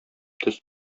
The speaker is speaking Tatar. тез